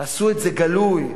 תעשו את זה גלוי,